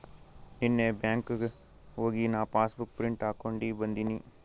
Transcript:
ನೀನ್ನೇ ಬ್ಯಾಂಕ್ಗ್ ಹೋಗಿ ನಾ ಪಾಸಬುಕ್ ಪ್ರಿಂಟ್ ಹಾಕೊಂಡಿ ಬಂದಿನಿ